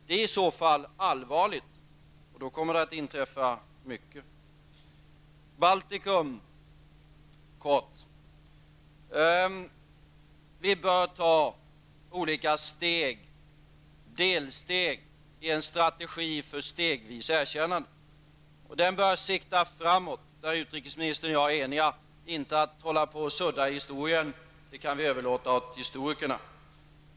Det är i så fall allvarligt, och då kommer det att inträffa mycket. Så något kort om Baltikum. Vi bör ta olika delsteg i en strategi för ett stegvis erkännande av Baltikum. Vi bör sikta framåt -- om det är utrikesministern och jag eniga -- och inte hålla på att sudda i historien; det kan vi överlåta åt historikerna.